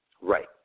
Right